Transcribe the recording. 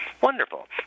wonderful